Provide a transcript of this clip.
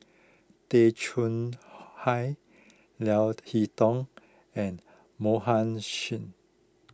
Tay Chong Hai Leo Hee Tong and Mohan Singh